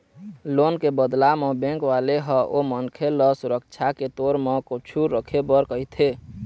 loan के बदला म बेंक वाले ह ओ मनखे ल सुरक्छा के तौर म कुछु रखे बर कहिथे